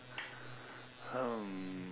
um